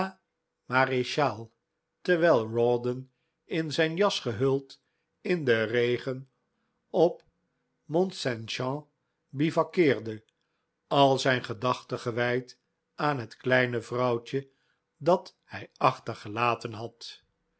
terwijl rawdon in zijn jas gehuld in den regen op mont st jean bivakkeerde al zijn gedachten gewijd aan het kleine vrouwtje dat hij achtergelaten had